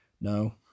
No